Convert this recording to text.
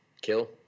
kill